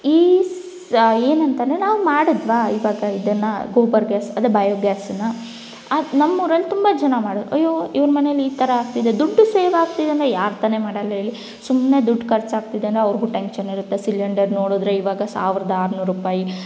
ಈ ಸ್ ಏನಂತಲೇ ನಾವು ಮಾಡಿದ್ವಿ ಇವಾಗ ಇದನ್ನು ಗೋಬರ್ ಗ್ಯಾಸ್ ಅಂದರೆ ಬಯೋ ಗ್ಯಾಸನ್ನು ಅದು ನಮ್ಮೂರಲ್ಲಿ ತುಂಬ ಜನ ಮಾಡಿದ್ರು ಅಯ್ಯೋ ಇವ್ರ ಮನೇಲ್ಲಿ ಈ ಥರ ಆಗ್ತಿದೆ ದುಡ್ಡು ಸೇವಾಗ್ತಿದೆ ಅಂದರೆ ಯಾರು ತಾನೇ ಮಾಡೋಲ್ಲ ಹೇಳಿ ಸುಮ್ನೆ ದುಡ್ಡು ಖರ್ಚಾಗ್ತಿದೆ ಅಂದರೆ ಅವ್ರಗೂ ಟೆನ್ಷನ್ನಿರುತ್ತೆ ಸಿಲಿಂಡರ್ ನೋಡಿದ್ರೆ ಇವಾಗ ಸಾವಿರ್ದ ಆರುನೂರು ರೂಪಾಯಿ